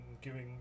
giving